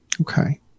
Okay